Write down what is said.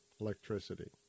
electricity